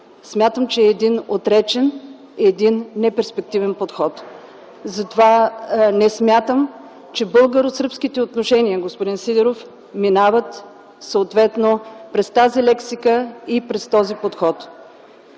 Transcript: смятам, че е един отречен, един неперспективен подход. Затова не смятам, че българо-сръбските отношения, господин Сидеров, минават през тази лексика и през този подход.